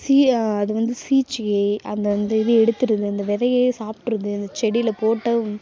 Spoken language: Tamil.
சீய அது வந்து சீச்சி அந்த இது வந்து எடுத்துருது அந்த விதய சாப்பிட்ருது அந்த செடியில் போட்டோம்